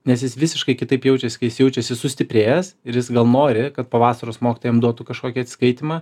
nes jis visiškai kitaip jaučiasi kai jis jaučiasi sustiprėjęs ir jis gal nori kad po vasaros mokytoja jam duotų kažkokį atsiskaitymą